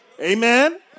Amen